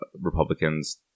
Republicans